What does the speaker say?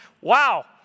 wow